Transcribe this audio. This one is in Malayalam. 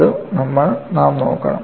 അതും നാം നോക്കണം